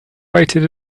waited